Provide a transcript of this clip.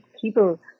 people